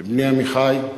לבני עמיחי,